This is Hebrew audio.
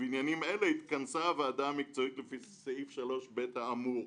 ובעניינים אלה התכנסה הוועדה המקצועית לפי סעיף 3ב האמור.